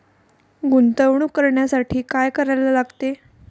गुंतवणूक करण्यासाठी काय करायला लागते?